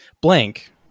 blank